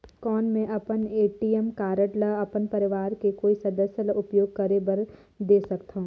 कौन मैं अपन ए.टी.एम कारड ल अपन परवार के कोई सदस्य ल उपयोग करे बर दे सकथव?